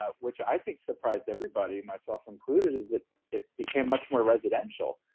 ah which i think surprised everybody, myself included, is that it became much more residential.